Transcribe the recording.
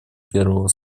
первого